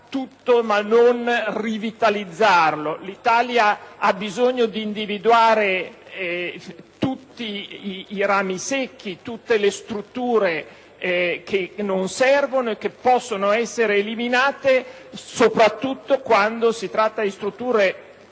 ma non rivitalizzarlo. L'Italia ha bisogno di individuare tutti i rami secchi, tutte le strutture che non servono e che possono essere eliminate, soprattutto quando si tratta di strutture